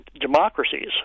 democracies